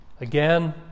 Again